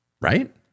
Right